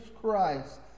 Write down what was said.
Christ